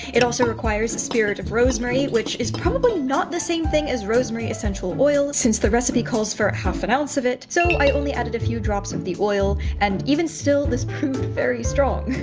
it also requires spirit of rosemary, which is probably not the same thing as rosemary essential oil, since the recipe calls for half an ounce of it, so i only added a few drops of the oil, and even still, this proved very strong.